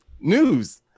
news